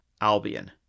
Albion